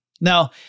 Now